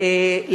על